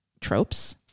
tropes